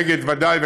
ו"אגד" ודאי,